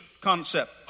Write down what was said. concept